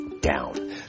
down